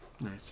Nice